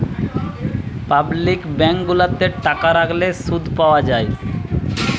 public bank গুলাতে টাকা রাখলে শুধ পাওয়া যায়